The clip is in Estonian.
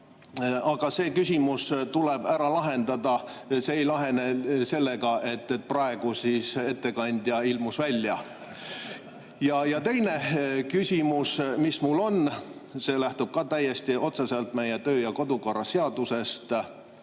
Aga see küsimus tuleb ära lahendada, see ei lahene sellega, et praegu ettekandja ilmus välja. Teine küsimus, mis mul on, lähtub samuti täiesti otseselt meie kodu‑ ja töökorra seadusest,